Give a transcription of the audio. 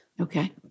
Okay